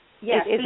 Yes